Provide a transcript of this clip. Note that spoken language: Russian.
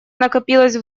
накопилось